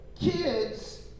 kids